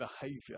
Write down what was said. behavior